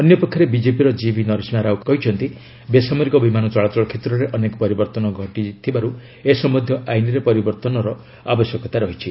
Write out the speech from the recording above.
ଅନ୍ୟପକ୍ଷରେ ବିଜେପିର ଜିଭି ନରସିଂହାରାଓ କହିଛନ୍ତି ବେସାମରିକ ବିମାନ ଚଳାଚଳ କ୍ଷେତ୍ରରେ ଅନେକ ପରିବର୍ତ୍ତନ ଘଟିଯାଇଥିବାରୁ ଏ ସମ୍ଭନୀୟ ଆଇନରେ ପରିବର୍ତ୍ତନର ଆବଶ୍ୟକତା ରହିଛି